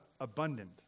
abundant